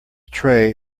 tray